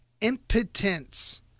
impotence